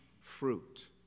fruit